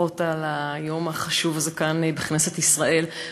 ברכות על היום החשוב הזה כאן בכנסת ישראל,